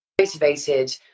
motivated